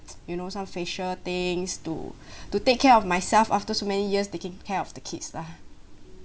you know some facial things to to take care of myself after so many years taking care of the kids lah